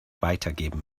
weitergeben